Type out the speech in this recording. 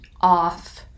off